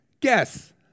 Guess